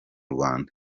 rwanda